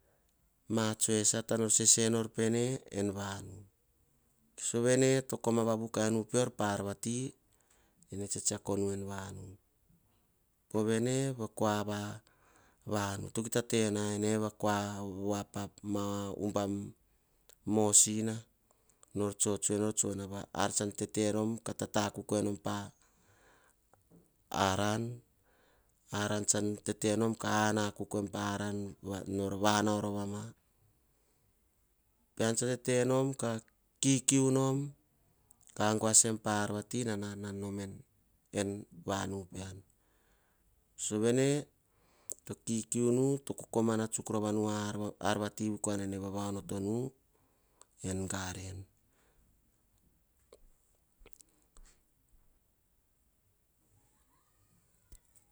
Ma tsoe sata nor sese nor pene en vanu. Sove ne to koma vavu kai nu pior pa ar vati nene tsetseoko nu en vanu. Pove a kua vava nu, to kita tena ene va kua pa ubam mosina, nor tsotsoe nor, ar tsan tete nom, ka tata akuk enom pa aran. Aran tsan tete nom ka an kuk pa aran nor vaonao ma, pean tsa tetenom ka kikiu nom, ka agu asem pa or vati non anan nom en vanu nu pean. Sovene to kikiu nu, to kokomana tsuk rova nu ar vati vui nene vava onoto nu en garen.